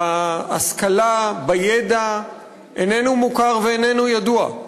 בהשכלה, בידע, איננו מוכר ואיננו ידוע.